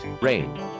rain